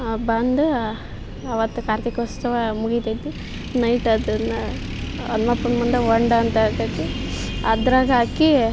ಬಂದು ಅವತ್ತು ಕಾರ್ತಿಕೋತ್ಸವ ಮುಗೀತೈತಿ ನೈಟ್ ಅದನ್ನು ಹನ್ಮಪ್ಪನ ಮುಂದೆ ಹೊಂಡ ಅಂತ ಇರ್ತೈತಿ ಅದ್ರಾಗೆ ಹಾಕಿ